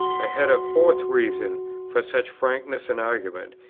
i had a fourth reason for such frankness in argument,